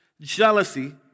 jealousy